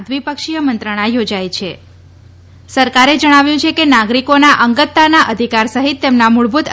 દ્વિપક્ષીય મંત્રણા યોજાય છે સરકારે જણાવ્યું છે કે નાગરીકોના અંગતતાના અધિકાર સહિત તેમના મૂળભૂત